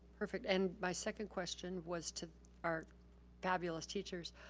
perfect. and my second question was to our fabulous teachers.